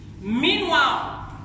Meanwhile